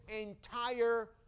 entire